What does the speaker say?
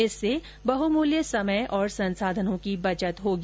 इससे बहुमूल्य समय तथा संसाधनों की बचत होगी